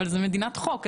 זו מדינת חוק,